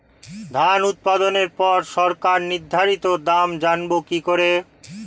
ধান উৎপাদনে পর সরকার নির্ধারিত দাম জানবো কি করে?